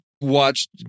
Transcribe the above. watched